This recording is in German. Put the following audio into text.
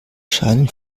scheinen